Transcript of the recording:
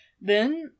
Then